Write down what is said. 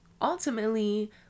ultimately